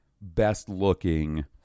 best-looking